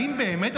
האם באמת,